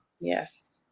yes